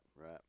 right